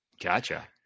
Gotcha